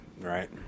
right